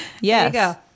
yes